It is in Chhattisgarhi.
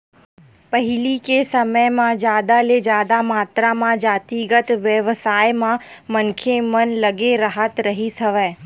पहिली के समे म जादा ले जादा मातरा म जातिगत बेवसाय म मनखे मन लगे राहत रिहिस हवय